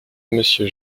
monsieur